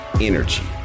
energy